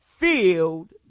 filled